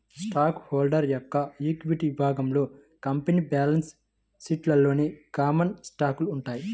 stock holder యొక్క equity విభాగంలో company balance షీట్లోని కామన్ స్టాకులు ఉంటాయి